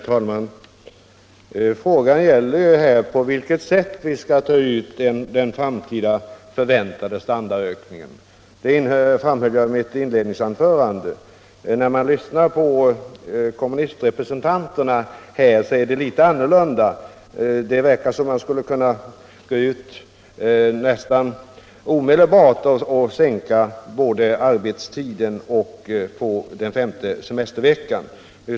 Herr talman! Frågan gäller ju på vilket sätt vi skall ta ut den framtida förväntade standardökningen, och det framhöll jag i mitt inledningsanförande. När man lyssnar på kommunistrepresentanterna får man ett litet annorlunda intryck — det verkar som om vi skulle kunna gå ut nästan omedelbart och både sänka arbetstiden och få den femte semesterveckan.